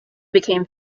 became